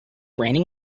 raining